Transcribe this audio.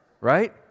Right